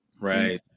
Right